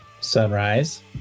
Sunrise